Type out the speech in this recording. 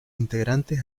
integrantes